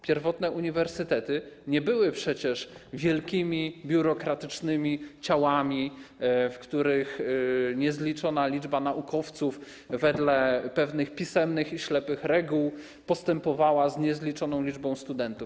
Pierwotne uniwersytety nie były przecież wielkimi, biurokratycznymi ciałami, w których niezliczona liczba naukowców wedle pewnych pisemnych i ślepych reguł postępowała z niezliczoną liczbą studentów.